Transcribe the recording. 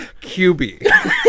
QB